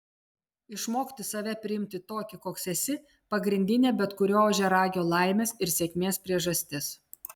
išmokti save priimti tokį koks esi pagrindinė bet kurio ožiaragio laimės ir sėkmės priežastis